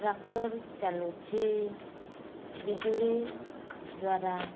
tractor ଚାଲୁଛି ବିଜୁଳି ଦ୍ଵାରା